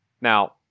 Now